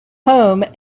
home